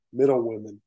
middlewomen